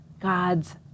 God's